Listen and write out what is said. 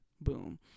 boom